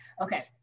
okay